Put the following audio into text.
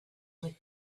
from